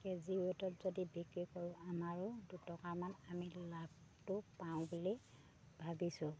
KG ৱেটত যদি বিক্ৰী কৰোঁ আমাৰো দুটকামান আমি লাভটো পাওঁ বুলি ভাবিছোঁ